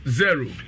zero